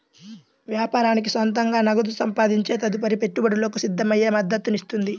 వ్యాపారానికి సొంతంగా నగదు సంపాదించే తదుపరి పెట్టుబడులకు సిద్ధమయ్యే మద్దతునిస్తుంది